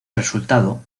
resultado